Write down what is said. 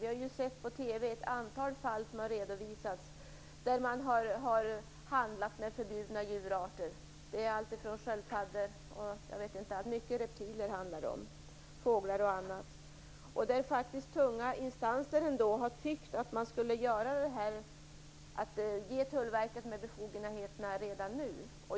Vi har ju sett ett antal fall där man har handlat med förbjudna djurarter redovisas på TV. Det gäller allt ifrån sköldpaddor och reptiler till fåglar och annat. Från tunga instanser har man tyckt att Tullverket borde få dessa befogenheter redan nu.